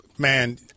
man